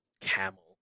Camel